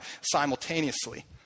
simultaneously